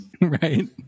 right